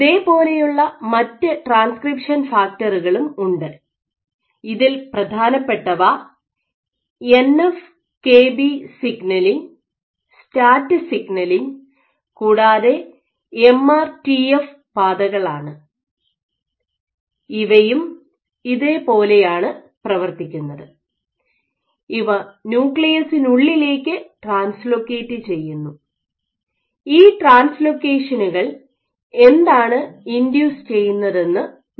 ഇതേ പോലെയുള്ള മറ്റ് ട്രാൻസ്ക്രിപ്ഷൻ ഫാക്ടറുകളും ഉണ്ട് ഇതിൽ പ്രധാനപ്പെട്ടവ എൻ എഫ് കെബി സിഗ്നലിങ് സ്റ്റാറ്ററ്റ് സിഗ്നലിങ് കൂടാതെ എം ആർ ടി എഫ് പാതകളാണ് ഇവയും ഇതേ പോലെയാണ് പ്രവർത്തിക്കുന്നത് ഇവ ന്യൂക്ലിയസിനുള്ളിലേക്ക് ട്രാൻസ്ലോക്കറ്റ് ചെയ്യുന്നു ഈ ട്രാൻസ്ലോക്കെഷനുകൾ എന്താണ് ഇൻഡ്യൂസ് ചെയ്യുന്നതെന്നു നോക്കാം